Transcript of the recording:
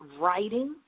writing